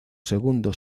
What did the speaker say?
segundo